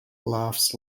laughs